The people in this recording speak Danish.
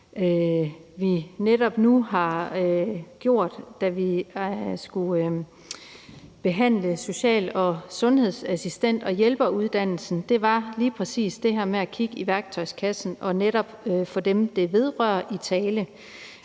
vi netop nu har gjort, da vi skulle behandle social- og sundhedsassistent- og -hjælper-uddannelserne, var lige præcis det her med at kigge i værktøjskassen og netop få dem, det vedrører, i tale.